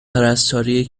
پرستاری